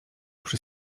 przy